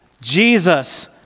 Jesus